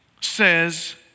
says